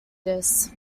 this